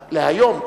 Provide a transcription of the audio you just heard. להיום,